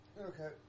Okay